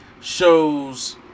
shows